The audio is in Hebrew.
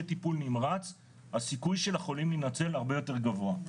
טיפול נמרץ הסיכוי של החולים להינצל הרבה יותר גבוה.